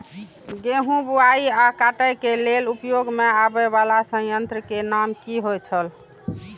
गेहूं बुआई आ काटय केय लेल उपयोग में आबेय वाला संयंत्र के नाम की होय छल?